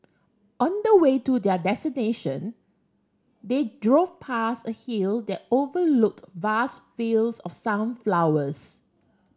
on the way to their destination they drove past a hill that overlooked vast fields of sunflowers